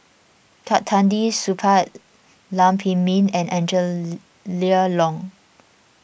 Supaat Lam Pin Min and Angela Liong